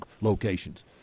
locations